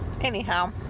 Anyhow